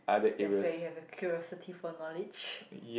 that's where have curiosity for knowledge